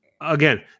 Again